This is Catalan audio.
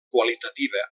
qualitativa